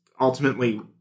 ultimately